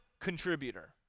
contributor